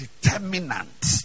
Determinant